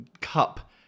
cup